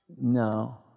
No